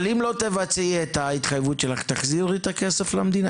אבל אם לא תבצעי את ההתחייבות שלך תחזירי את הכסף למדינה?